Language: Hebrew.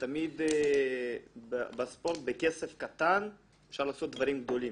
תמיד בספורט עם כסף קטן אפשר לעשות דברים גדולים.